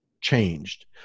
changed